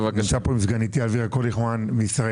נמצאת איתי סגניתי אלווירה קוליחמן מישראל